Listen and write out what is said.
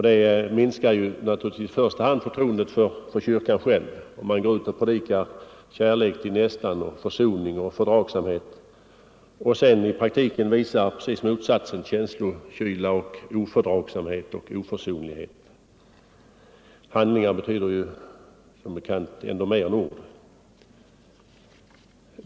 Det minskar naturligtvis i första hand förtroendet för kyrkan själv, om man går ut och predikar kärlek till nästan, försoning och fördragsamhet och sedan i praktiken ger prov på motsatsen, dvs. känslokyla, ofördragsamhet och oförsonlighet. Handlingar betyder som bekant ändå mer än ord.